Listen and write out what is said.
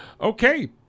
Okay